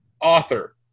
author